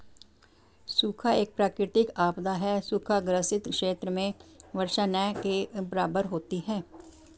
सूखा एक प्राकृतिक आपदा है सूखा ग्रसित क्षेत्र में वर्षा न के बराबर होती है